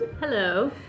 Hello